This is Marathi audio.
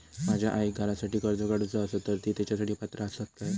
माझ्या आईक घरासाठी कर्ज काढूचा असा तर ती तेच्यासाठी पात्र असात काय?